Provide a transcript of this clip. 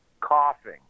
coughing